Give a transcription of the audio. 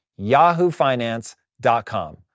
yahoofinance.com